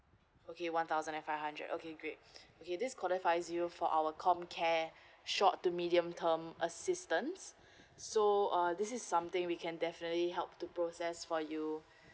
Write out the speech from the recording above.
okay one thousand and five hundred okay great okay this qualifies you for our comcare short to medium term assistance so uh this is something we can definitely help to process for you